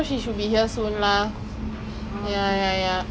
eh wait then err let's go there lah